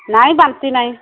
ନାଇଁ ବାନ୍ତି ନାହିଁ